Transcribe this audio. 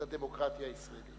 את הדמוקרטיה הישראלית.